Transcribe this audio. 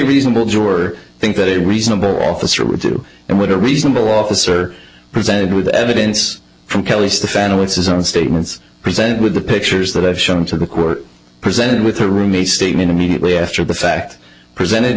reasonable juror think that a reasonable officer would do and what a reasonable officer presented with evidence from kelley stefana with his own statements present with the pictures that i've shown to the court presented with a room a statement immediately after the fact presented